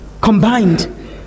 combined